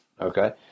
Okay